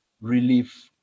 relief